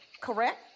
Correct